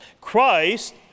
Christ